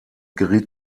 geriet